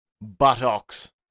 buttocks